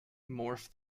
morph